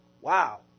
Wow